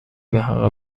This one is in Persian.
بحق